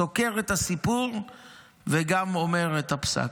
סוקר את הסיפור וגם אומר את הפסק,